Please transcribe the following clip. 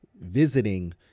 visiting